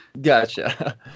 Gotcha